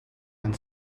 and